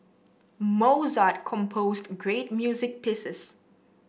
Mozart composed great music pieces